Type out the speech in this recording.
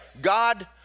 God